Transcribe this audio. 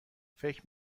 فکر